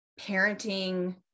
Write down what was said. parenting